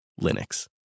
Linux